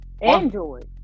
android